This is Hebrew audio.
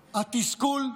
התסכול,